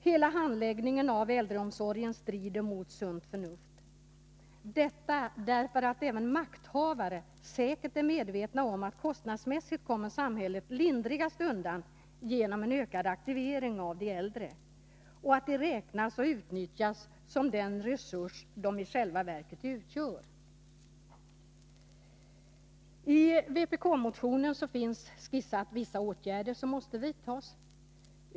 Hela handläggningen av äldreomsorgen strider mot sunt förnuft — detta därför att även makthavare säkert är medvetna om att samhället kostnadsmässigt kommer lindrigast undan genom ökad aktivering av de äldre. De räknas och utnyttjas som den resurs de i själva verket utgör. I vpk-motionen har skissats vissa åtgärder som måste vidtas.